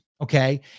Okay